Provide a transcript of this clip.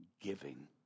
giving